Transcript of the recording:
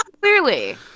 Clearly